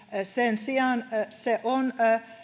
sen sijaan se on